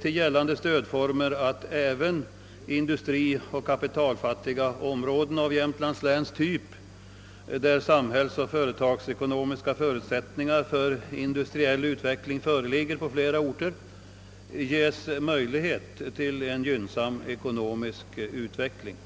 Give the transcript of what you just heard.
till gällande stödformer att även industrioch kapitalfattiga områden av typen Jämtlands län, där samhällsoch företagsekonomiska förutsättningar för industriell utveckling föreligger på flera orter, ges möjlighet till en gynnsam ekonomisk utveckling.